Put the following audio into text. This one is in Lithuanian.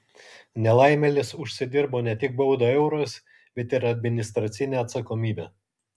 nelaimėlis užsidirbo ne tik baudą eurais bet ir administracinę atsakomybę